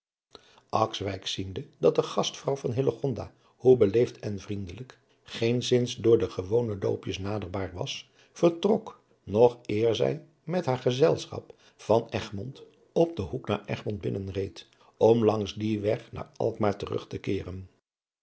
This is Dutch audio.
ziende dat de gastvrouw van hillegonda hoe beleefd en vriendelijk geenszins door de gewone loopjes naderbaar was vertrok nog eer zij met haar gezelschap van egmond op den hoek naar egmond binnen reed om langs dien weg naar alkmaar terug te